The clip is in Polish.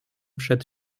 przed